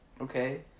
okay